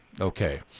Okay